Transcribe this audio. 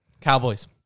Cowboys